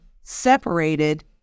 separated